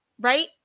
right